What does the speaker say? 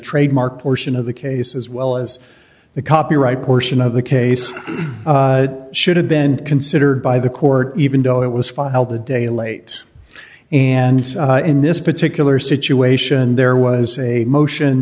trademark portion of the case as well as the copyright portion of the case should have been considered by the court even though it was filed a day late and in this particular situation there was a motion